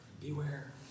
Beware